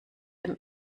dem